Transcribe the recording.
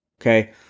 okay